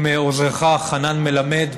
עם עוזרך חנן מלמד,